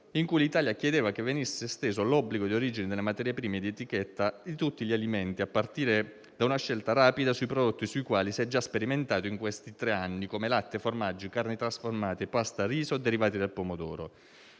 in cui l'Italia chiedeva che venisse esteso l'obbligo di origine delle materie prime in etichetta a tutti gli alimenti, a partire da una scelta rapida sui prodotti sui quali si è già sperimentato in questi anni come latte, formaggi, carni trasformate, pasta, riso, derivati del pomodoro.